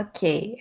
Okay